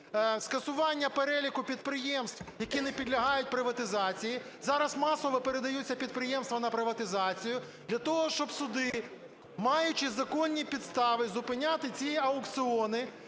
скасування переліку підприємств, які не підлягають приватизації, зараз масово передаються підприємства на приватизацію. Для того, щоб суди, маючи законні підстави зупиняти ці аукціони,